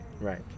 Right